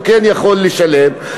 הוא כן יכול לשלם,